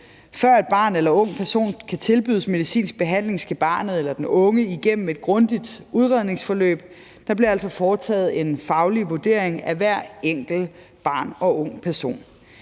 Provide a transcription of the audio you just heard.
Før et barn eller en ung person kan tilbydes medicinsk behandling, skal barnet eller den unge igennem et grundigt udredningsforløb. Der bliver altså foretaget en faglig vurdering af hvert enkelt barn og hver ung person.